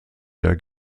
der